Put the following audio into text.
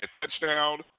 touchdown